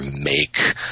make